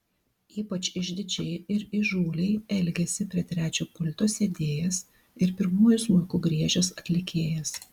ypač išdidžiai ir įžūliai elgėsi prie trečio pulto sėdėjęs ir pirmuoju smuiku griežęs atlikėjas